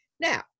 Now